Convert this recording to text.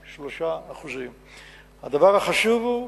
0.3%. הדבר החשוב הוא,